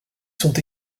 sont